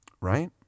right